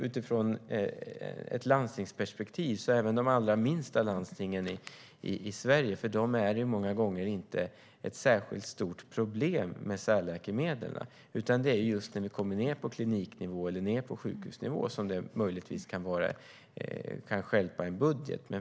Ur ett landstingsperspektiv är särläkemedel inte ett särskilt stort problem, inte ens för de allra minsta landstingen, utan det är på kliniknivå eller sjukhusnivå som de möjligtvis kan stjälpa en budget.